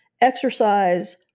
exercise